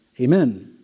Amen